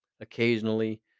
occasionally